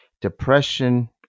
depression